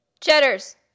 Cheddars